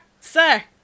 sir